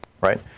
Right